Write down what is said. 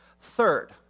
Third